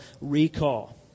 recall